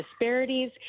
disparities